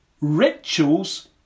rituals